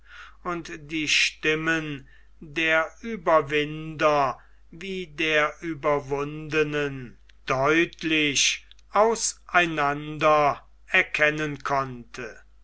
und die stimmen der ueberwinder wie der ueberwundenen deutlich auseinander erkennen konnte